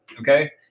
Okay